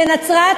לנצרת,